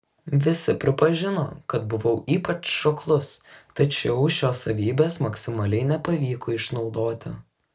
visi pripažino kad buvau ypač šoklus tačiau šios savybės maksimaliai nepavyko išnaudoti